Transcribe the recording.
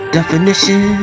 Definition